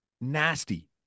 Nasty